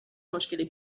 مشکلی